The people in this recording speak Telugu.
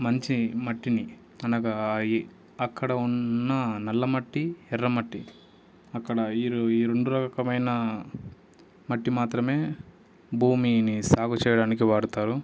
మంచి మట్టిని అనగా ఆయి అక్కడ ఉన్న నల్లమట్టి ఎర్రమట్టి అక్కడ ఈ రు ఈ రెండు రకమైన మట్టి మాత్రమే భూమిని సాగు చెయ్యడానికి వాడతారు